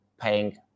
paying